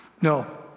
No